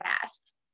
fast